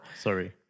Sorry